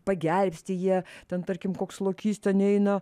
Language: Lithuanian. pagelbsti jie ten tarkim koks lokys ten eina